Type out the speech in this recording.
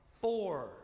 Four